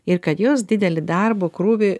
ir kad jos didelį darbo krūvį